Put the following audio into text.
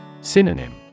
Synonym